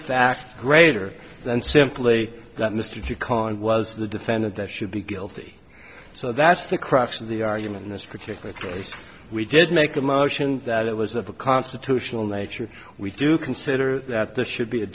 fact greater than simply that mr g kong was the defendant that should be guilty so that's the crux of the argument in this particular case we did make a motion that it was a constitutional nature we do consider that this should be a